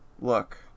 look